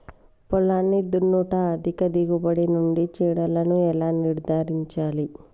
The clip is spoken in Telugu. పొలాన్ని దున్నుట అధిక దిగుబడి నుండి చీడలను ఎలా నిర్ధారించాలి?